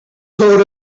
load